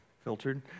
filtered